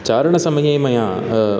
चारणसमये मया